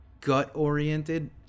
gut-oriented